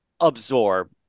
absorb